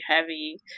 heavy